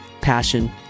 passion